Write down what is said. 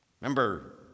Remember